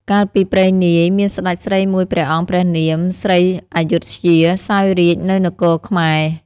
កាលពីព្រេងនាយ មានសេ្តចស្រីមួយព្រះអង្គព្រះនាម ស្រីអយុធ្យា សោយរាជ្យនៅនគរខែ្មរ។